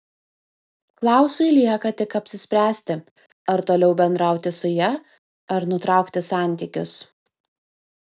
klausui lieka tik apsispręsti ar toliau bendrauti su ja ar nutraukti santykius